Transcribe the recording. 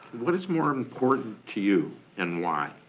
what is more important to you and why?